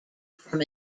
from